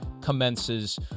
commences